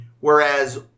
Whereas